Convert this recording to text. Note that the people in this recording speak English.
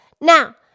now